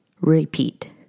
repeat